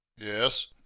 yes